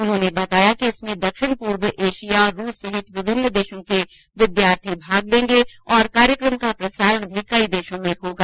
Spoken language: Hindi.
उन्होंने बताया कि इसमें दक्षिण पूर्व एशिया और रूस सहित विभिन्न देशों के विद्यार्थी भाग लेंगे और कार्यक्रम का प्रसारण भी कई देशों में होगा